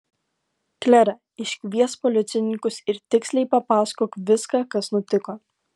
klere iškviesk policininkus ir tiksliai papasakok viską kas nutiko